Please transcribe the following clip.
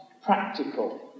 Practical